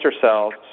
cells